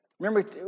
Remember